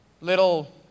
little